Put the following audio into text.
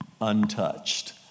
untouched